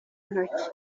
ntoki